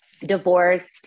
divorced